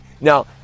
Now